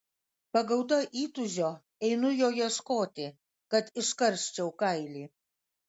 pagauta įtūžio einu jo ieškoti kad iškarščiau kailį